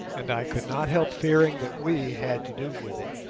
and i could not help fearing that we had to do with it.